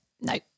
No